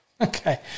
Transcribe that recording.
Okay